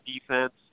defense